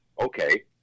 okay